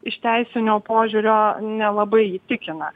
iš teisinio požiūrio nelabai įtikina